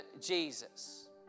Jesus